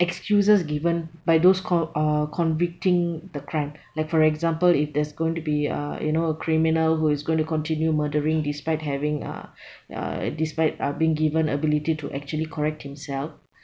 excuses given by those con~ uh convicting the crime like for example if there's going to be uh you know a criminal who is going to continue murdering despite having uh uh despite uh being given ability to actually correct himself